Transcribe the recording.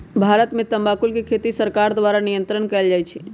भारत में तमाकुल के खेती सरकार द्वारा नियन्त्रण कएल जाइ छइ